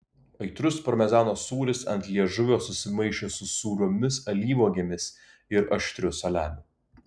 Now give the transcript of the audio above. aitrus parmezano sūris ant liežuvio susimaišė su sūriomis alyvuogėmis ir aštriu saliamiu